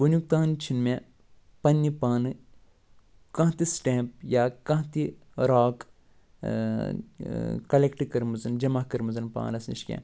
وُنیُک تام چھُنہِ مےٚ پنٛنہِ پانہٕ کانٛہہ تہِ سِٹٮ۪مپ یا کانٛہہ تہِ راک کلٮ۪کٹ کٔرمٕژ جمع کٔرمٕژ پانس نِش کیٚنٛہہ